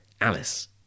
Alice